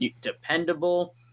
dependable